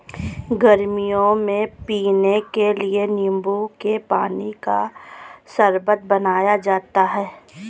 गर्मियों में पीने के लिए नींबू के पानी का शरबत बनाया जाता है